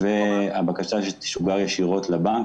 רלוונטיים והבקשה תשוגר ישירות לבנק.